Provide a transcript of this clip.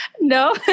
no